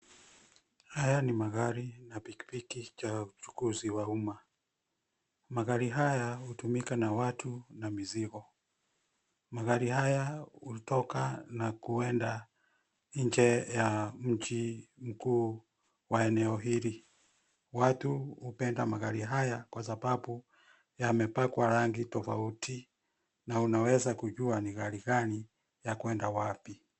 Haya ni magari na pikipiki cha uchukuzi wa umma. Magari haya hutumika na watu na mizigo. Magari haya hutoka na kuenda nje ya mji mkuu wa eneo hili. Watu hupenda magari haya kwa sababu yamepakwa rangi tofauti na unaweza kujua ni gari gani ya kuenda wapi.